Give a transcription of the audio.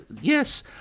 yes